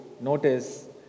notice